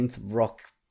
rock